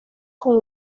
con